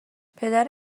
پدر